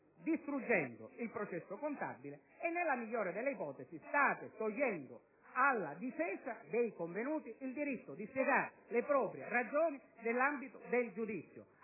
il processo contabile e - nella migliore delle ipotesi - state togliendo alla difesa dei convenuti il diritto di spiegare le proprie ragioni nell'ambito del giudizio,